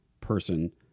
person